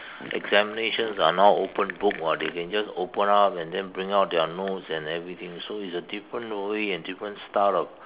examinations are now open book [what] they can just open up and then bring out their notes and everything so it's a different way and different style of